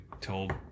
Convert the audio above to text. told